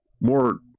more